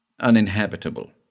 uninhabitable